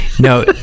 No